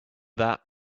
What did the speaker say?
that